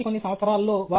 మొదటి కొన్ని సంవత్సరాల్లో